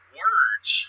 words